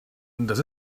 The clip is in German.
das